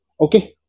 Okay